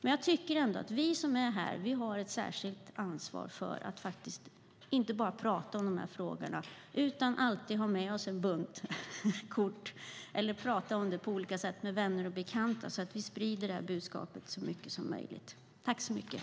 Jag tycker att vi som är här har ett särskilt ansvar för att inte bara prata om de här frågorna utan alltid ha med oss en bunt kort, eller prata med vänner och bekanta så att vi sprider detta budskap så mycket som möjligt.